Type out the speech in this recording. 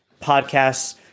podcast's